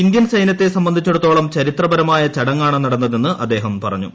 Indian സൈന്യത്തെ സംബന്ധിച്ചിടത്തോളം ചരിത്രപരമായ ചടങ്ങാണ് നടന്നതെന്ന് അദ്ദേഹം പറഞ്ഞു